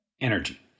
energy